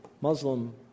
Muslim